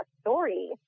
story